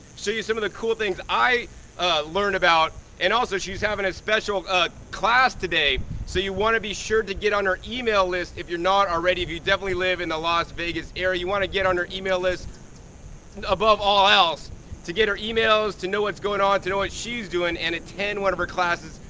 so you some of the cool things that i learned about and also she's having a special ah class today. so you wanna be sure to get on her email list if you're not already, if you definitely live in the las vegas area you wanna get on her email list above all else to get her emails, to know what's going on, to know what she's doing and attend one of her classes,